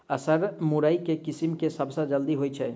Sir मुरई केँ किसिम केँ सबसँ जल्दी होइ छै?